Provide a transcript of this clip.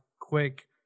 quick